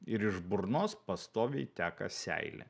ir iš burnos pastoviai teka seilė